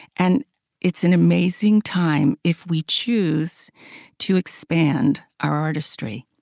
and it's an amazing time if we choose to expand our artistry.